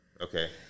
Okay